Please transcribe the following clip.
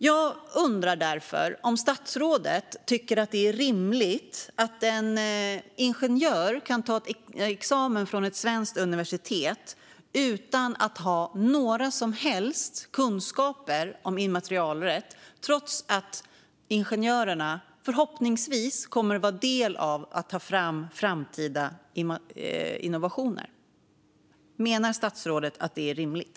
Jag undrar därför om statsrådet tycker att det är rimligt att en ingenjör kan ta examen från ett svenskt universitet utan att ha några som helst kunskaper om immaterialrätt, trots att ingenjörerna förhoppningsvis kommer att vara delaktiga i att ta fram framtida innovationer. Menar statsrådet att detta är rimligt?